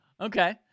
Okay